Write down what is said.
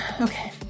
Okay